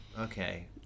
okay